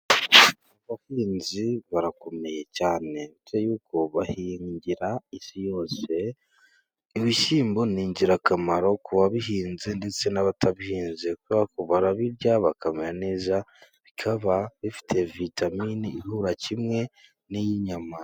Abahinzi barakomeye cyane. Uretse y'uko bahingira isi yose. Ibishyimbo ni ingirakamaro kuwabihinze ndetse n'abatarabihinze barabirya bakamera neza, bikaba bifite vitamine ihura kimwe n'iy'inyama.